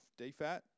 DFAT